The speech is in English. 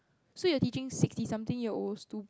so you're teaching sixty something years old to